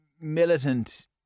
militant